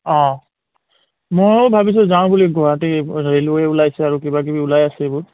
অঁ মইও ভাবিছোঁ যাওঁ বুলি গুৱাহাটী ৰেলৱে ওলাইছে আৰু কিবা কিবি ওলাই আছে এইবোৰ